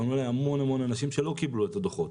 ופנו אליי המון המון אנשים שלא קיבלו את הדוחות,